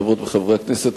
חברות וחברי הכנסת,